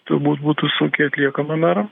turbūt būtų sunkiai atliekama dar